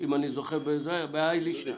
אם אני זוכר, בהאי לישנא.